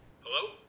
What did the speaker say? Hello